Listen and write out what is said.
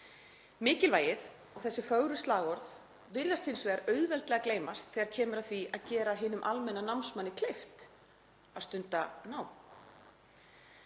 Mikilvægið og þessi fögru slagorð virðast hins vegar auðveldlega gleymast þegar kemur að því að gera hinum almenna námsmanni kleift að stunda nám.